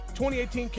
2018